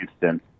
Houston